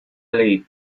ley